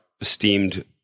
esteemed